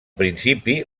principi